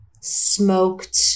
smoked